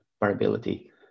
variability